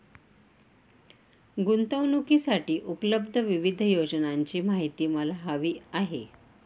गुंतवणूकीसाठी उपलब्ध विविध योजनांची माहिती मला हवी आहे